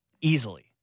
easily